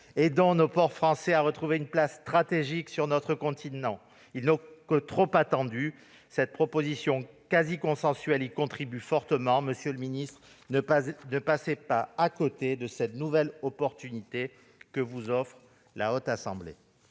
Aidons nos ports français à retrouver une place stratégique sur notre continent ! Ils n'ont que trop attendu. Ce texte quasi consensuel est de nature à y contribuer fortement. Monsieur le ministre, ne passez pas à côté de cette nouvelle opportunité que vous offre la Haute Assemblée.